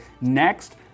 Next